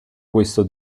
questo